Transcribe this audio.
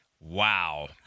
Wow